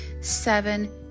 Seven